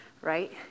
right